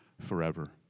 forever